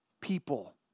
people